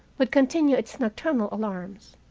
would continue its nocturnal alarms.